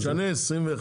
אבל תשנה משהו.